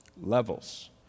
levels